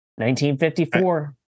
1954